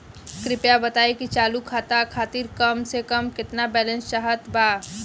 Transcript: कृपया बताई कि चालू खाता खातिर कम से कम केतना बैलैंस चाहत बा